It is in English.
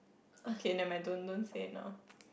okay never mind don't don't say now